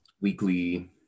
weekly